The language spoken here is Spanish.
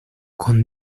con